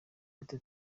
gute